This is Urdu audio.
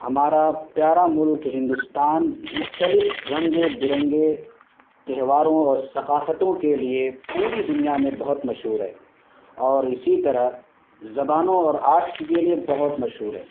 ہمارا پیارا ملک ہندوستان مختلف رنگے برنگے تہواروں اور ثقافتوں کے لیے پوری دنیا میں بہت مشہور ہے اور اسی طرح زبانوں اور آرٹس کے لیے بہت مشہور ہے